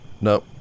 No